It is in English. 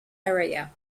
area